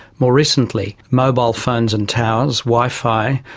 more recently mobile phones and towers, wi-fi,